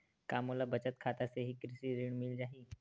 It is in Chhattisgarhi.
का मोला बचत खाता से ही कृषि ऋण मिल जाहि?